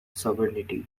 sovereignty